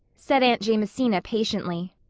said aunt jamesina patiently.